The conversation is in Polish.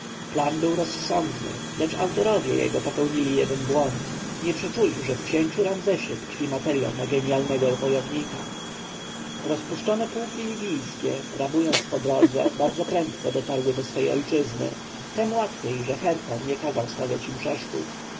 był rozsądny lecz autorowie jego popełnili jeden błąd nie przeczuli że w księciu ramzesie tkwi materjał na genjalnego wojownika rozpuszczone pułki libijskie rabując po drodze bardzo prędko dotarły do swej ojczyzny tem łatwiej że herhor nie kazał stawiać im przeszkód